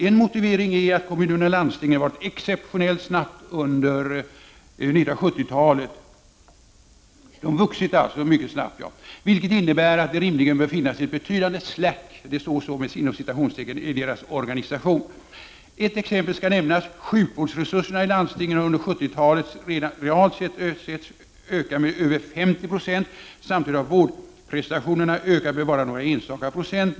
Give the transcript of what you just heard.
En motivering är att kommunerna och landstingen vuxit exceptionellt snabbt under 1970-talet, vilket innebär att det rimligen bör finnas ett betydande ”slack” i deras organisation. Ett exempel skall nämnas. Sjukvårdsresurserna i landstingen har under 1970-talet realt sett ökat med över 50 procent. Samtidigt har vårdprestationerna ökat med bara några enstaka procent.